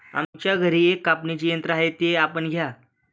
आमच्या घरी एक कापणीचे यंत्र आहे ते आपण घ्या